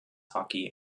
hockey